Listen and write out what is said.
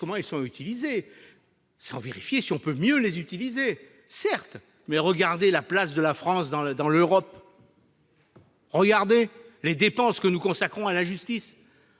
comment ils sont utilisés et si l'on peut mieux les utiliser. Certes, mais regardez la place de la France en Europe ! Regardez les dépenses que nous consacrons à la justice